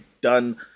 done